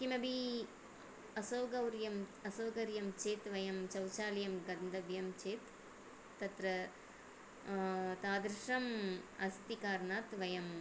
किमपि असौकर्यम् असौकर्यं चेत् वयं शौचालयं गन्तव्यं चेत् तत्र तादृशम् अस्ति कारणात् वयम्